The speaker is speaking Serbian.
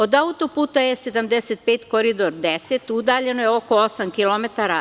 Od auto-puta E75 Koridor 10 udaljen je oko 8 km.